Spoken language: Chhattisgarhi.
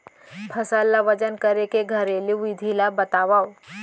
फसल ला वजन करे के घरेलू विधि ला बतावव?